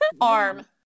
Arm